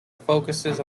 focuses